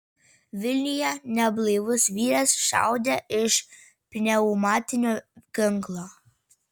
vilniuje neblaivus vyras šaudė iš pneumatinio ginklo